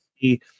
see